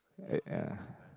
like yea